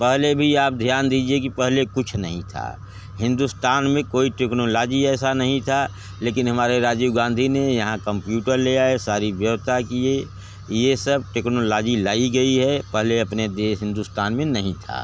पहले भी आप ध्यान दीजिए कि पहले कुछ नहीं था हिन्दुस्तान में कोई टेक्नोलाजी ऐसी नहीं थी लेकिन हमारे राजीव गांधी ने यहाँ कम्प्यूटर ले आए सारी व्यवस्था किए ये सब टेक्नोलाजी लाई गई है पहले अपने देश हिन्दुस्तान में नहीं थी